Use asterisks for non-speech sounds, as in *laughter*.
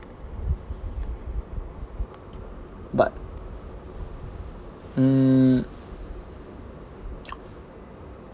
but mm *noise*